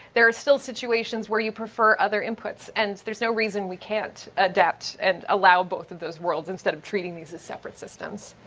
there are still situations where you prefer other inputs, and there's no reason we can't adapt, and allow both of those worlds instead of treating these as separate systems.